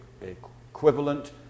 equivalent